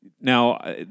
Now